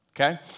Okay